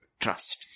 trust